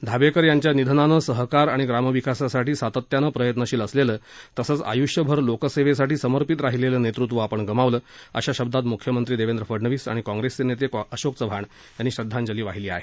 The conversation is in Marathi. धाबेकर यांच्या निधनानं सहकार आणि ग्रामविकासासाठी सातत्यानं प्रयत्नशील असलेलं तसंच आय्ष्यभर लोकसेवेसाठी समर्पित राहिलेलं नेतृत्व आपण गमावलं आहे अशा शब्दांत म्ख्यमंत्री देवेंद्र फडणवीस आणि काँग्रेस नेते अशोक चव्हाण यांनी श्रद्धांजली वाहिली आहे